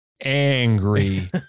Angry